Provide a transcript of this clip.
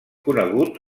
conegut